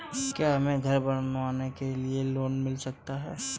क्या हमें घर बनवाने के लिए लोन मिल सकता है?